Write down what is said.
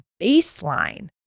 baseline